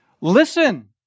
Listen